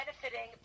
benefiting